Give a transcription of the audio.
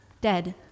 dead